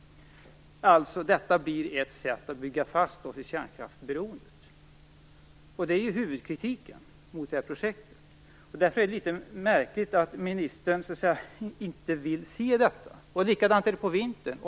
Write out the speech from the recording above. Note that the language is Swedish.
Detta blir alltså ett sätt att bygga fast oss i kärnkraftsberoendet. Det är huvudkritiken mot det här projektet. Därför är det litet märkligt att ministern inte vill se detta. Likadant är det på vintern.